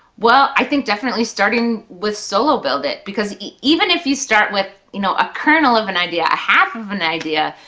well, i think definitely starting with solo build it, because even if you start with you know a kernel of an idea, a half of an idea,